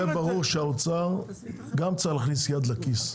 זה ברור שהאוצר גם צריך להכניס יד לכיס.